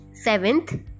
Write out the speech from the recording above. seventh